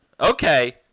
Okay